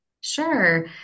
Sure